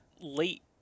late